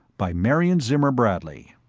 by marion zimmer bradley